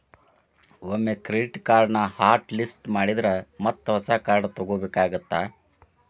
ಒಮ್ಮೆ ಕ್ರೆಡಿಟ್ ಕಾರ್ಡ್ನ hot list ಮಾಡಿದ್ರ ಮತ್ತ ಹೊಸ ಕಾರ್ಡ್ ತೊಗೋಬೇಕಾಗತ್ತಾ